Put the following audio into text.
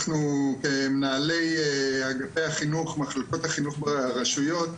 אנחנו כמנהלי אגפי החינוך ומחלקות החינוך ברשויות,